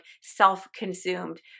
self-consumed